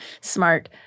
smart